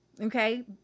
Okay